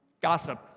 Gossip